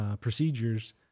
Procedures